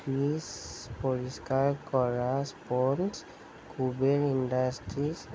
grease পৰিস্কাৰ কৰা sponge Kuber industries